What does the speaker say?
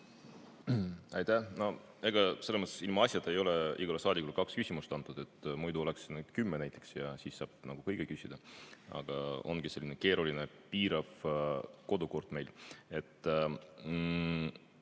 Ega ilmaasjata ei ole igale saadikule kaks küsimust antud. Muidu oleks neid kümme näiteks ja siis saab kõike küsida. Aga ongi selline keeruline piirav kodukord meil.